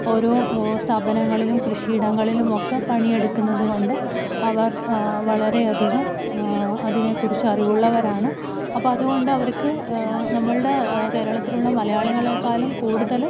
ഓരോ സ്ഥാപനങ്ങളിലും കൃഷിയിടങ്ങളിലുമൊക്കെ പണിയെടുക്കുന്നത് കൊണ്ട് അവർ വളരെയധികം അതിനെക്കുറിച്ച് അറിവുള്ളവരാണ് അപ്പോള് അതുകൊണ്ട് അവർക്ക് നമ്മുടെ കേരളത്തിലുള്ള മലയാളികളെക്കാളും കൂടുതല്